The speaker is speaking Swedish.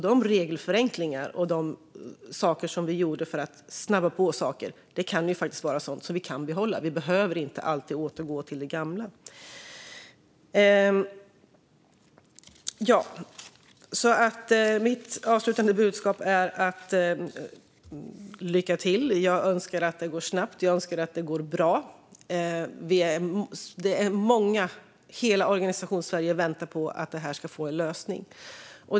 De regelförenklingar och saker som vi gjorde för att snabba på saker kan vara sådant som vi kan behålla. Vi behöver inte alltid återgå till det gamla. Mitt avslutande budskap är: Lycka till! Jag önskar att det går snabbt, och jag önskar att det går bra. Det är många i hela Organisationssverige som väntar på att det ska få en lösning.